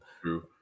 true